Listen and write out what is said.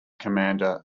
commander